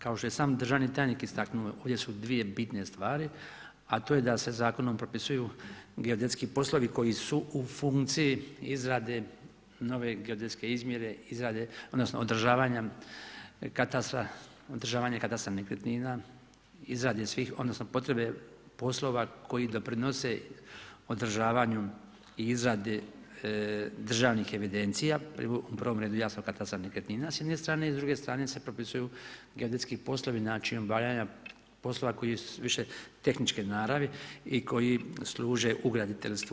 Kao što je sam državni tajnik istaknuo, ovdje su dvije bitne stvari, a to je da se zakonom propisuju geodetski poslovi koji su u funkciji izrade nove geodetske izmjere, izrade, odnosno održavanja katastara nekretnina, odnosno potrebe poslova koji doprinose održavanju i izradi državnih evidencija, u prvom redu, jasno katastar nekretnina s jedne strane i s druge strane se propisuju geodetski poslovi, način obavljanja poslova koji su više tehničke naravi i koji služe u graditeljstvu.